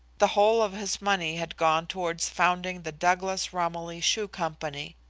the whole of his money had gone towards founding the douglas romilly shoe company.